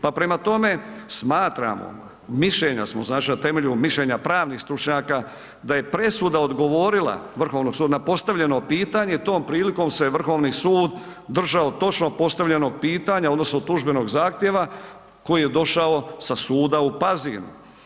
Pa prema tome, smatramo, mišljenja smo, znači na temelju mišljenja pravnih stručnjaka, da je presuda odgovorila, Vrhovnog suda na postavljeno pitanje, tom prilikom se Vrhovni sud držao točno postavljenog pitanja, odnosno tužbenog zahtjeva koji je došao sa suda u Pazinu.